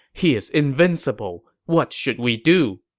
he is invincible. what should we do?